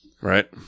right